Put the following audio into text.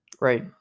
Right